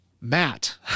Matt